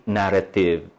narrative